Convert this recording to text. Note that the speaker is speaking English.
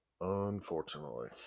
Unfortunately